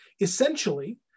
Essentially